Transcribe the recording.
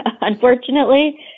unfortunately